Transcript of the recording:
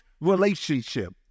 relationship